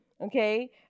Okay